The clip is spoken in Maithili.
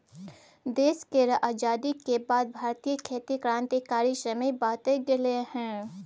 देश केर आजादी के बाद भारतीय खेती क्रांतिकारी समय बाटे गेलइ हँ